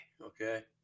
Okay